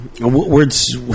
Words